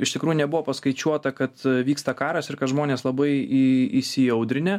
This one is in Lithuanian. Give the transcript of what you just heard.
iš tikrųjų nebuvo paskaičiuota kad vyksta karas ir kad žmonės labai į įsiaudrinę